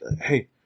Hey